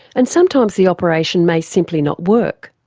and sometimes the operation may simply not work.